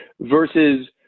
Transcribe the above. versus